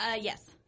yes